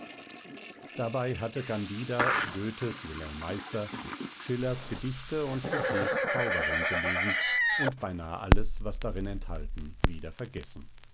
dabei hatte candida goethes wilhelm meister schillers gedichte und fouqus zauberring gelesen und beinahe alles was darin enthalten wieder vergessen